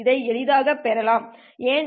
இதை எளிதாகப் பெறலாம் ஏன்